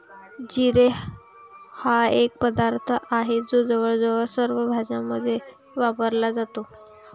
जिरे हा एक पदार्थ आहे जो जवळजवळ सर्व भाज्यांमध्ये वापरला जातो